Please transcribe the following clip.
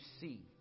see